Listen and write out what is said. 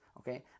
okay